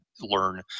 learn